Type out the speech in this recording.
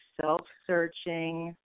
self-searching